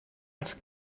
als